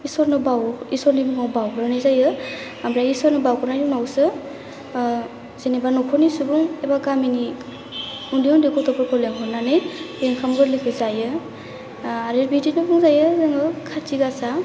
इसरनि मुंआव बाउग्रोनाय जायो ओमफ्राय इसोरनो बाउग्रोनायनि उनावसो जेनेबा न'खरनि सुबुं गामिनि उन्दै उन्दै गथ' लेंहरनानै बे ओंखाम गोरलैखौ जायो आरो बिदिनो बुंजायो जोङो खाथि गासा